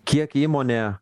kiek įmonė